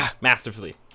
masterfully